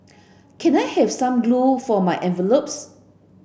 can I have some glue for my envelopes